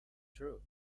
through